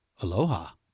Aloha